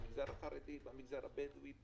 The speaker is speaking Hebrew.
המגזר החרדי והמגזר הבדואי,